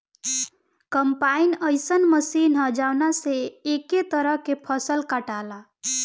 combine अइसन मशीन ह जवना से कए तरह के फसल कटाला